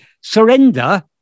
surrender